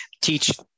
teach